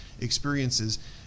experiences